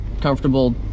comfortable